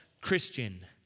Christian